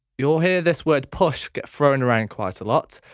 you'll hear this word push get thrown around quite a lot.